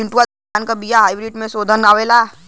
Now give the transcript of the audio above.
चिन्टूवा धान क बिया हाइब्रिड में शोधल आवेला?